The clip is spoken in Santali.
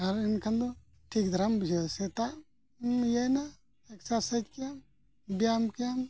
ᱟᱨ ᱮᱱᱠᱷᱟᱱ ᱫᱚ ᱴᱷᱤᱠ ᱫᱷᱟᱨᱟᱢ ᱵᱩᱡᱷᱟᱹᱣᱟ ᱥᱮᱛᱟᱜ ᱮᱢ ᱤᱭᱟᱹᱭᱮᱱᱟ ᱮᱠᱥᱟᱨᱥᱟᱭᱤᱡᱽ ᱠᱮᱜ ᱟᱢ ᱵᱮᱭᱟᱢ ᱠᱮᱜ ᱟᱢ